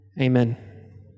Amen